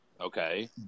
Okay